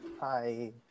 Hi